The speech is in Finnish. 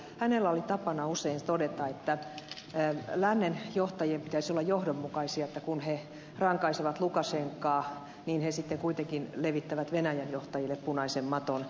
hänellä oli tapana usein todeta että lännen johtajien pitäisi olla johdonmukaisia että kun he rankaisevat lukashenkaa niin he sitten kuitenkin levittävät venäjän johtajille punaisen maton